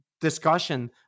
discussion